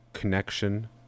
connection